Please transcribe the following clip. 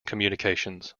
communications